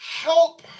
help